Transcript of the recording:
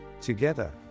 Together